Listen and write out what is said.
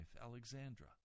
Alexandra